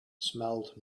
smelled